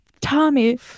tommy